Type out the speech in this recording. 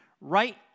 right